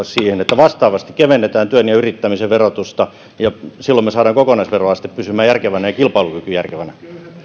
siihen että vastaavasti kevennetään työn ja yrittämisen verotusta ja silloin me saamme kokonaisveroasteen pysymään järkevänä ja kilpailukyvyn järkevänä